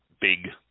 big